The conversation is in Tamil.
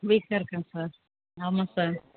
வீட்டில இருக்கேன் சார் ஆமாம் சார்